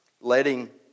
letting